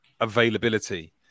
availability